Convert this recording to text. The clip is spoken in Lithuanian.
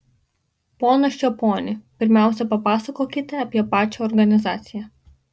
ponas čeponi pirmiausia papasakokite apie pačią organizaciją